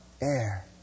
air